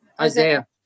Isaiah